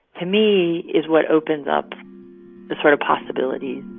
to me, is what opens up the sort of possibilities